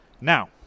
Now